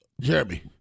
Jeremy